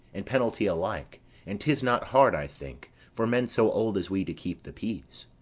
in penalty alike and tis not hard, i think, for men so old as we to keep the peace.